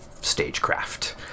stagecraft